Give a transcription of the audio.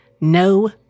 no